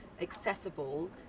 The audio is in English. accessible